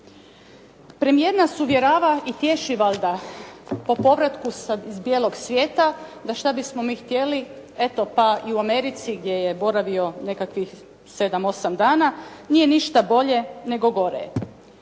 Premijer nas uvjerava i tješi valjda po povratku iz bijelog svijeta da šta bismo mi htjeli, eto pa i u Americi gdje je boravio nekakvih sedam, osam dana nije ništa bolje nego gore